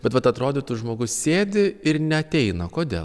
bet vat atrodytų žmogus sėdi ir neateina kodėl